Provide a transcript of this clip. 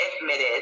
admitted